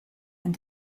and